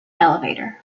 elevator